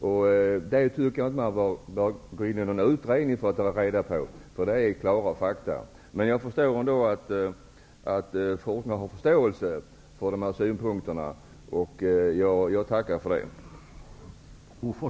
Jag tycker inte att det är nödvändigt med en utredning för att få reda på hur det förhåller sig, för här finns klara fakta. Bo Forslund har dock förståelse för framförda synpunkter, och det tackar jag för.